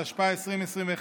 התשפ"א 2021,